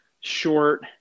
short